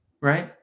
Right